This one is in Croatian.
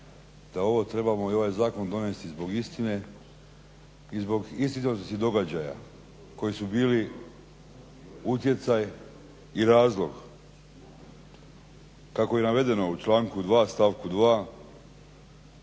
zakon trebamo donijeti zbog istine i zbog istinitosti događaja koji su bili utjecaj i razlog kako je navedeno u članku 2.stavku 2.i